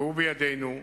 והוא בידינו,